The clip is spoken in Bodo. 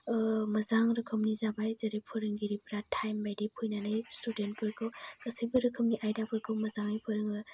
मोजां रोखोमनि जाबाय जेरै फोरोंगिरिफ्रा टाइम बायदि फैनानै स्टुडेन्ट फोरखौ गासैबो रोखोमनि आयदाफोरखौ मोजाङै फोरोङो